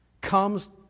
comes